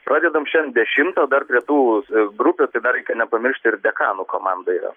pradedam šiandien dešimtą o dar prie tų grupių tai dar reikia nepamiršti ir dekanų komanda yra